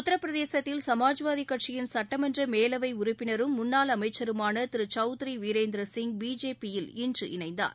உத்தரப்பிரதேசத்தில் சமாஜ்வாதி கட்சியின் சுட்டமன்ற மேலவை உறுப்பினரும் முன்னாள் அமைச்சருமான திரு சவுத்ரி வீரேந்திர சிங் பிஜேபியில் இன்று இணைந்தார்